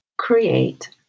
create